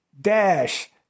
dash